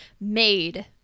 made